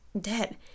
dead